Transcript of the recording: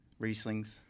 Rieslings